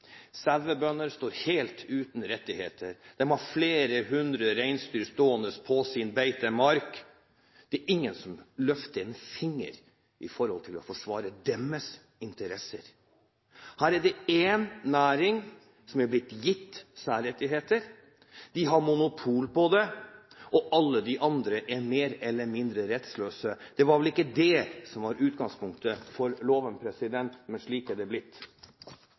Sauebønder står helt uten rettigheter. De har flere hundre reinsdyr stående på beitemarkene sine, og ingen løfter en finger for å forsvare deres interesser. Her er det én næring som har blitt gitt særrettigheter. De har monopol, og alle de andre er mer eller mindre rettsløse. Det var vel ikke det som var utgangspunktet for loven – men slik er det blitt.